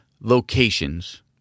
locations